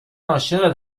عاشقت